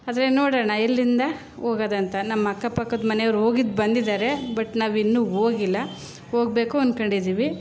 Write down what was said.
ಆದರೆ ನೋಡೋಣ ಎಲ್ಲಿಂದ ಹೋಗದಂಥ ನಮ್ಮ ಅಕ್ಕಪಕ್ಕದ ಮನೆಯವರು ಹೋಗಿದ್ದು ಬಂದಿದ್ದಾರೆ ಬಟ್ ನಾವಿನ್ನೂ ಹೋಗಿಲ್ಲ ಹೋಗ್ಬೇಕು ಅಂದ್ಕೊಂಡಿದ್ದೀವಿ